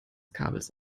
kabels